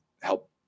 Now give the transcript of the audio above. help